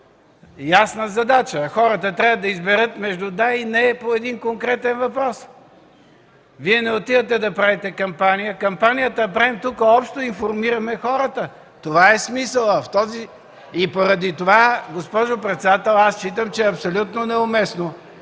ясна задача. Хората трябва да изберат между „да” и „не” по един конкретен въпрос. Вие не отивате да правите кампания. Кампанията я правим тук общо и информираме хората. Това е смисълът. Поради това, госпожо председател, аз считам, че е абсолютно неуместно